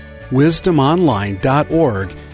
wisdomonline.org